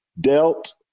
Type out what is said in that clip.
dealt